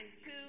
two